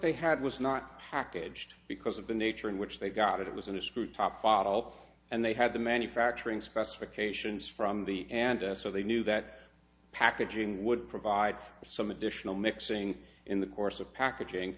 they had was not packaged because of the nature in which they got it it was in a screw top fall and they had the manufacturing specifications from the and so they knew that packaging would provide some additional mixing in the course of packaging